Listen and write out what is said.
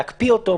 להקפיא אותו,